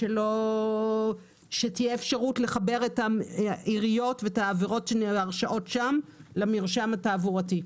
שתהיה אפשרות לחבר את העיריות ואת ההרשעות שם למרשם התעבורתי.